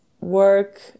work